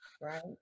right